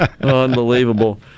Unbelievable